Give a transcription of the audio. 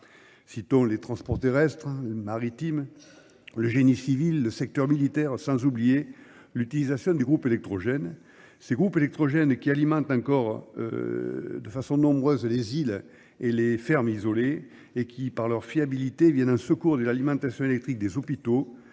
Citons les transports terrestres, les maritimes, le génie civil, le secteur militaire, sans oublier l'utilisation du groupe électrogène. C'est le groupe électrogène qui alimente encore de façon nombreuse les îles et les fermes isolées et qui, par leur fiabilité, vient en secours de l'alimentation électrique des hôpitaux,